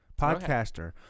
podcaster